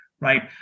right